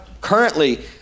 currently